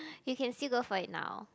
you can still go for it now